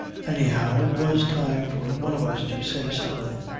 anyhow it was time for one of us to say something.